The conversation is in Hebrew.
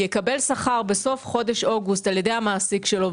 יקבל שכר בסוף חודש אוגוסט על ידי המעסיק שלו,